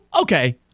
Okay